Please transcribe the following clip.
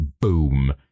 Boom